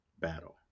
battle